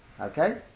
Okay